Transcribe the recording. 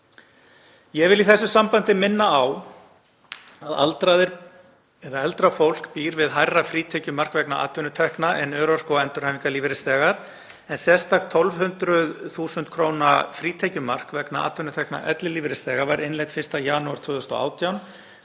Ég vil í þessu sambandi minna á að aldraðir búa við hærra frítekjumark vegna atvinnutekna en örorku- og endurhæfingarlífeyrisþegar en sérstakt 1.200.000 kr. frítekjumark vegna atvinnutekna ellilífeyrisþega var innleitt 1. janúar 2018